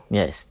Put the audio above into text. yes